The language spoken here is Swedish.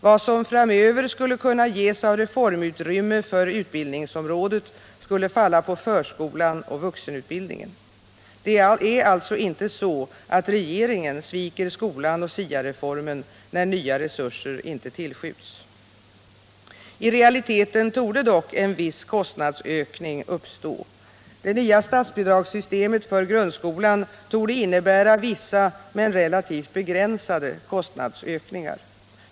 Vad som framöver skulle kunna ges av reformutrymme för utbildningsområdet skulle falla på förskolan och vuxenutbildningen. Det är alltså inte så att regeringen sviker skolan och SIA-reformen, då nya resurser inte tillskjuts. I realiteten torde dock en viss kostnadsökning uppstå. Det nya statsbidragssystemet för grundskolan torde innebära vissa, men relativt begränsade, kostnadsökningar.